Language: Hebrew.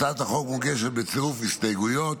הצעת החוק מוגשת בצירוף הסתייגויות.